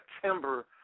September